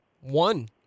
one